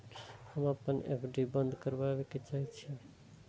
हम अपन एफ.डी बंद करबा के चाहे छी